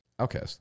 okay